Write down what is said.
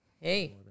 Hey